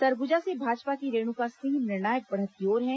सरगुजा से भाजपा की रेणुका सिंह निर्णायक बढ़त की ओर है